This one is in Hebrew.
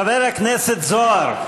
חבר הכנסת זוהר,